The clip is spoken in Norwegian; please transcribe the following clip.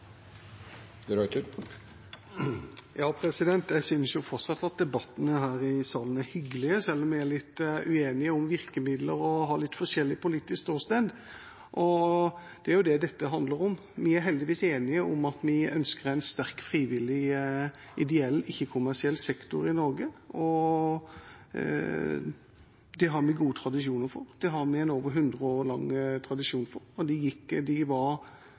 selv om vi er litt uenige om virkemidler og har litt forskjellig politisk ståsted. Det er jo det dette handler om. Vi er heldigvis enige om at vi ønsker en sterk frivillig, ideell, ikke-kommersiell sektor i Norge, og det har vi gode tradisjoner for – vi har en over 100 år lang tradisjon for det. De ideelle var